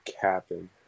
capping